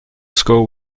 score